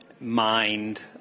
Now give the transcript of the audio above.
mind